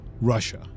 russia